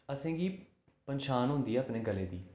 असेंगी पंछान होंदी अपने गले दी